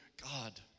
God